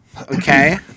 okay